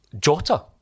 Jota